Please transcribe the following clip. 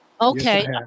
Okay